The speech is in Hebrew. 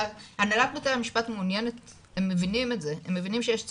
הם מבינים את זה, הם מבינים שיש צורך,